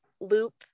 loop